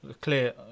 clear